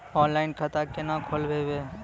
Online खाता केना खोलभैबै?